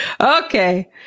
Okay